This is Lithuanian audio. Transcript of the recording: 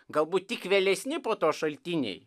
galbūt tik vėlesni po to šaltiniai